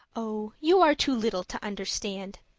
oh, you are too little to understand,